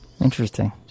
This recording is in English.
Interesting